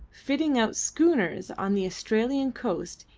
fitting out schooners on the australian coast,